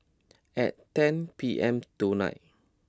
at ten P M tonight